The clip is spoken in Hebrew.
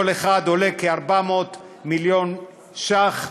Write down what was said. כל אחד עולה כ-400 מיליון ש"ח,